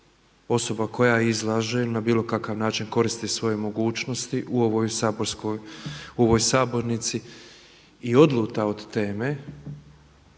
osoba koja izlaže ili na bilo kakav način koristi svoje mogućnosti u ovoj Sabornici i odluta od teme